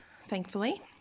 thankfully